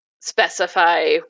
specify